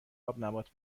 آبنبات